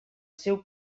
seu